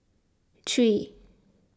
three